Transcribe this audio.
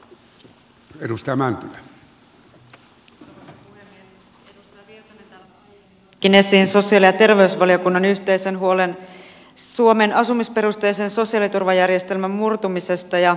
edustaja virtanen täällä nosti aiemmin esiin sosiaali ja terveysvaliokunnan yhteisen huolen suomen asumisperusteisen sosiaaliturvajärjestelmän murtumisesta